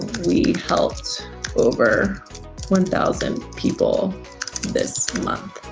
we helped over one thousand people this month.